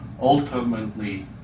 ultimately